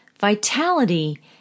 vitality